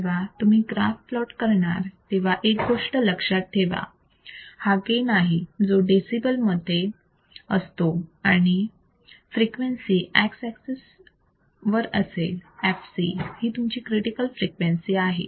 जेव्हा तुम्ही graph plot करणार तेव्हा एक गोष्ट लक्षात ठेवा y axis हा गेन आहे जो डेसिबल मध्ये हे असतो आणि फ्रिक्वेन्सी x axis वर असेल fc ही तुमची क्रिटिकल फ्रिक्वेन्सी आहे